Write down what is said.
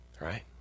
Right